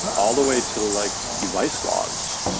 all the way to like device logs,